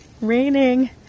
raining